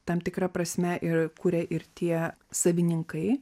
tam tikra prasme ir kuria ir tie savininkai